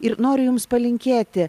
ir noriu jums palinkėti